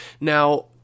Now